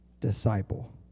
disciple